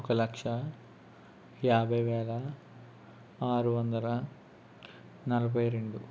ఒక లక్ష యాభై వేల ఆరు వందల నలభై రెండు